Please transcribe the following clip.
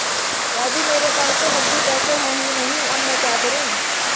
राजू मेरे पास तो नगदी पैसे है ही नहीं अब मैं क्या करूं